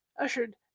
ushered